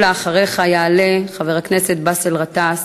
ואחריך יעלה חבר הכנסת באסל גטאס.